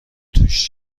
توش